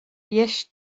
dheis